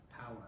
power